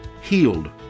healed